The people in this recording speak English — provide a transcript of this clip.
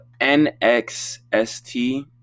NXST